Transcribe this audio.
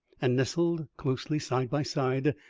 and nestled closely side by side,